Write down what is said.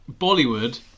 Bollywood